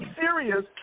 serious